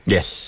Yes